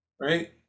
Right